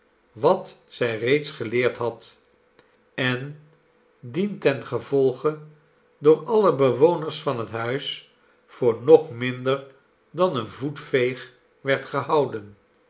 wat zij reeds geleerd had en dien ten gevolge door alle bewoners van het huis voor nog minder dan een voetveeg werd gehouden